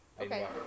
Okay